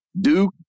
Duke